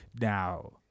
Now